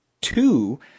two